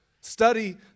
Study